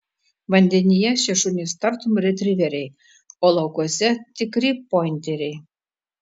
vandenyje šie šunys tartum retriveriai o laukuose tikri pointeriai